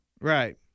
Right